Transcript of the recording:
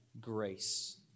grace